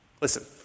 Listen